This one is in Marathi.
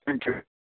अच्छा